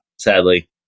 sadly